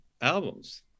albums